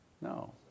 No